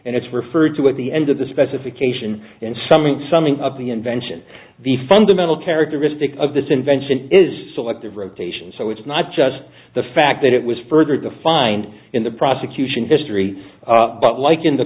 and it's referred to at the end of the specification and something something of the invention the fundamental characteristic of this invention is selective rotation so it's not just the fact that it was further defined in the prosecution history but like in the